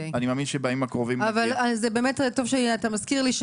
טוב שאתה מזכיר לי,